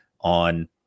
on